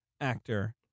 actor